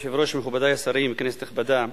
כבוד היושב-ראש, מכובדי השרים, כנסת נכבדה,